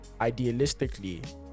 idealistically